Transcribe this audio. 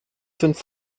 fünf